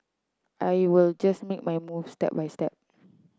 I will just make my move step by step